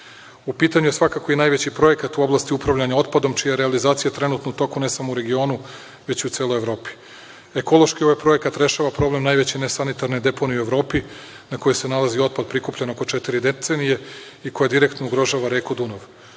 pitanju je svakako i najveći projekat u oblasti upravljanja otpadom čija je realizacija trenutno u toku ne samo u regionu, već u celoj Evropi. Ekološki, ovaj projekat rešava problem najveće nesanitarne deponije u Evropi na kojoj se nalazi otpad prikupljen oko četiri decenije i koja direktno ugrožava reku Dunav.